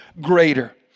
greater